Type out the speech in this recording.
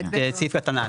את סעיף קטן (א).